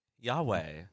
Yahweh